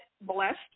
blessed